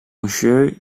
monsieur